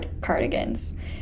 cardigans